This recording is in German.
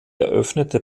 eröffnete